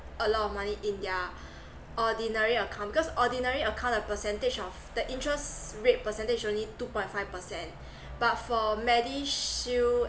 a lot of money in their ordinary account because ordinary account the percentage of the interest rate percentage only two point five percent but for medi shield